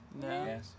No